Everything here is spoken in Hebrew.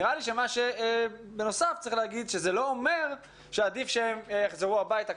נראה לי שבנוסף צריך להגיד שזה לא אומר שעדיף שהם יחזרו הביתה,